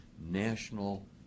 national